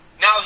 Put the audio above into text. Now